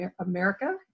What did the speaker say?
America